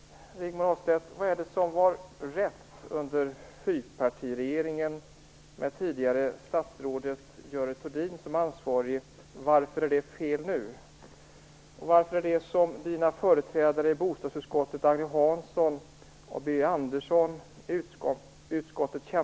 Rigmor Ahlstedt! Varför är det som var rätt under fyrpartiregeringen, med tidigare statsrådet Görel Thurdin som ansvarig, nu fel? Varför är det som